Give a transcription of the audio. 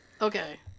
Okay